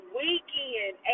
weekend